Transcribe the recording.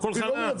הכל חרם.